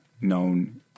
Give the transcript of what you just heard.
known